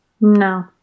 No